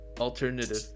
alternative